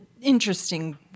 interesting